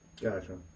Gotcha